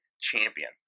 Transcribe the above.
champion